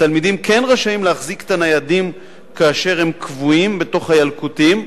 התלמידים כן רשאים להחזיק את הניידים כאשר הם כבויים בתוך הילקוטים.